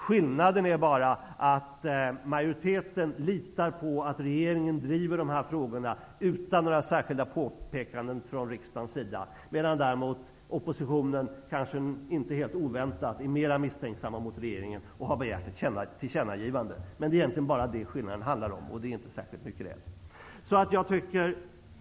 Skillnaden är endast att majoriteten litar på att regeringen driver de här frågorna utan några några särskilda påpekanden från riksdagens sida, medan oppositionen, kanske inte helt oväntat, är mer misstänksam mot regeringen och har begärt ett tillkännagivande. Det är egentligen den enda skillnaden, och den är inte särskilt stor.